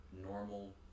normal